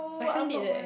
my friend did leh